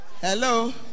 Hello